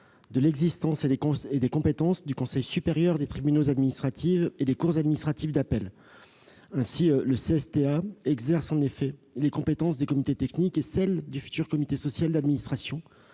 de l'existence et des compétences du Conseil supérieur des tribunaux administratifs et des cours administratives d'appel. Ce conseil exerce les compétences des comités techniques et celles du futur comité social d'administration